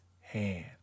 hand